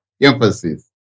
emphasis